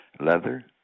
leather